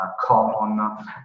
common